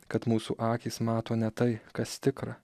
kad mūsų akys mato ne tai kas tikra